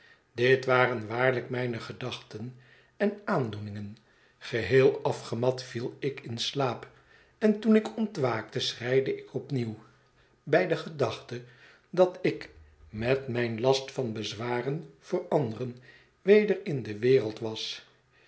dit waren waarlijk mijne gedachten en aandoeningen geheel afgemat viel ik in slaap en toen ik ontwaakte schreide ik opnieuw bij de gedachte dat ik met mijn last van bezwaren voor anderen weder in de wereld was